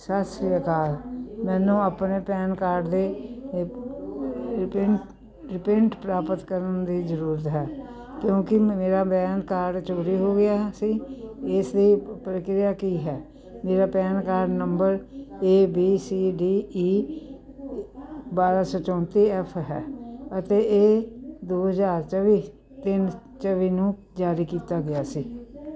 ਸਤਿ ਸ਼੍ਰੀ ਅਕਾਲ ਮੈਨੂੰ ਆਪਣੇ ਪੈਨ ਕਾਰਡ ਦੀ ਰੀਪ੍ਰਿੰਟ ਰੀਪ੍ਰਿੰਟ ਪ੍ਰਾਪਤ ਕਰਨ ਦੀ ਜ਼ਰੂਰਤ ਹੈ ਕਿਉਂਕਿ ਮੇਰਾ ਪੈਨ ਕਾਰਡ ਚੋਰੀ ਹੋ ਗਿਆ ਸੀ ਇਸ ਦੀ ਪ੍ਰਕਿਰਿਆ ਕੀ ਹੈ ਮੇਰਾ PAN card number A B C D E ਬਾਰ੍ਹਾਂ ਸੌ ਚੌਤੀ ਐਫ ਹੈ ਅਤੇ ਇਹ ਦੋ ਹਜ਼ਾਰ ਚੌਵੀ ਤਿੰਨ ਚੌਵੀ ਨੂੰ ਜਾਰੀ ਕੀਤਾ ਗਿਆ ਸੀ